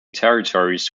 territories